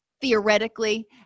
Theoretically